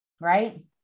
right